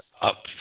up